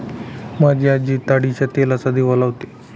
माझी आजी ताडीच्या तेलाचा दिवा लावते